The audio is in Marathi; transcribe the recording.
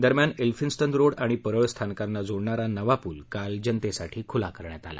दरम्यान एलफिन्स्टन रोड आणि परळ स्थानकांना जोडणारा नवा पूल काल जनतेसाठी खुला करण्यात आला